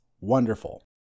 wonderful